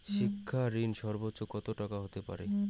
শিক্ষা ঋণ সর্বোচ্চ কত টাকার হতে পারে?